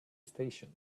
station